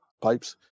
pipes